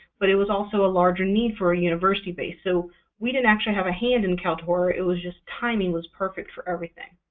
but it was also a larger need for a university base. so we didn't actually have a hand in kaltura. it was just timing was perfect for everything.